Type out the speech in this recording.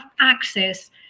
access